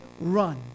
run